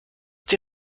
die